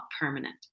permanent